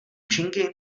účinky